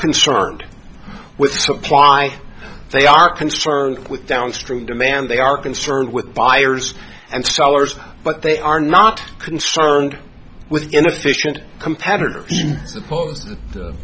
concerned with supply they are concerned with downstream demand they are concerned with buyers and sellers but they are not concerned with inefficient competit